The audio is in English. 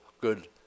good